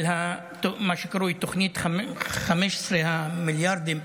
של מה שקרוי תוכנית 15 המיליארדים,